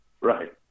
right